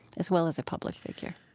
as well as a public figure?